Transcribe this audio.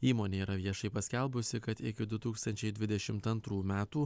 įmonė yra viešai paskelbusi kad iki du tūkstančiai dvidešimt antrų metų